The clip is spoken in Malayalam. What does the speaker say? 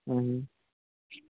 മ്മ് മ്മ്